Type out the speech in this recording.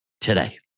today